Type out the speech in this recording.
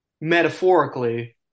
Metaphorically